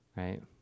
Right